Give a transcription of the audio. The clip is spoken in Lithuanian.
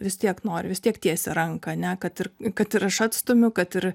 vis tiek nori vis tiek tiesia ranką ane kad ir kad ir aš atstumiu kad ir